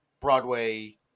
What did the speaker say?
Broadway